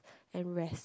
and rest